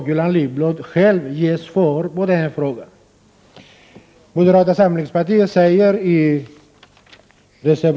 Gullan Lindblad ger själv svar på den frågan.